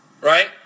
Right